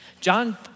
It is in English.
John